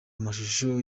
amashusho